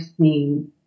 seen